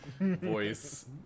voice